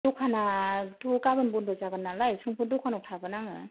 दखानआथ' गाबोन बन्द' जागोन नालाय समफोर दखानाव थागोन आङो